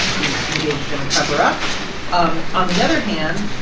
he's engaged in a cover-up um on the other hand,